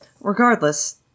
Regardless-